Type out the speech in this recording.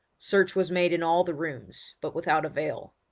search was made in all the rooms, but without avail.